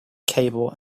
cable